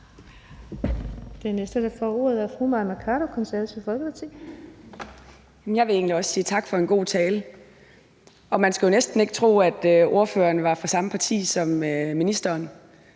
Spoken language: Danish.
Jeg vil egentlig også sige tak for en god tale. Man skal jo næsten ikke tro, at ordføreren er fra samme parti som ministeren.